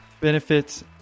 benefits